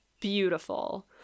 beautiful